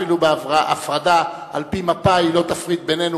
אפילו הפרדה על-פי מפא"י לא תפריד בינינו,